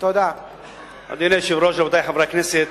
אדוני היושב-ראש, רבותי חברי הכנסת,